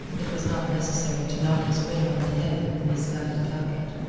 it was not necessary to knock his friend on the head with the misguided packet.